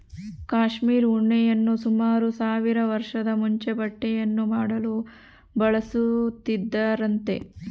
cashmere ಉಣ್ಣೆಯನ್ನು ಸುಮಾರು ಸಾವಿರ ವರ್ಷದ ಮುಂಚೆ ಬಟ್ಟೆಯನ್ನು ಮಾಡಲು ಬಳಸುತ್ತಿದ್ದರಂತೆ